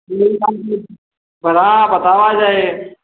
बड़ा बताबा जाय